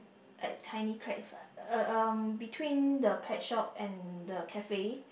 like tiny cracks um between the pet shop and the cafe